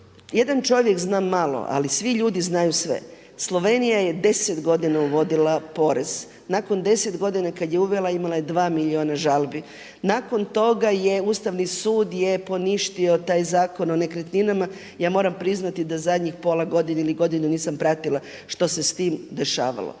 jedan čovjek zna malo, ali svi ljudi znaju sve. Slovenija je 10 godina uvodila porez. Nakon 10 godina kad je uvela imala je 2 milijuna žalbi. Nakon toga je Ustavni sud poništio taj Zakon o nekretninama. Ja moram priznati da zadnjih pola godine ili godinu nisam pratila što se s tim dešavalo.